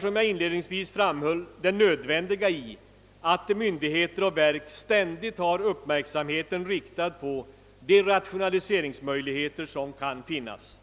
Som jag inledningsvis framhöll är det därför nödvändigt att myndigheter och verk ständigt har uppmärksamheten riktad på de rationaliseringsmöjligheter som kan finnas.